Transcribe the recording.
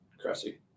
cressy